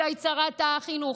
שהיית שרת החינוך,